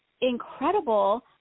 incredible